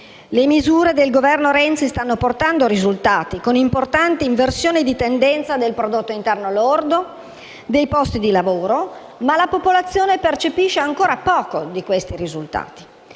Le misure del governo Renzi stanno portando risultati, con importanti inversioni di tendenza del prodotto interno lordo e dei posti di lavoro, ma la popolazione percepisce ancora poco di questi risultati.